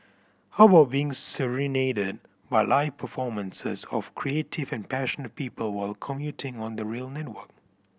how about being serenaded by live performances of creative and passionate people while commuting on the rail network